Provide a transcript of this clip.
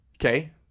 okay